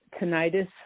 tinnitus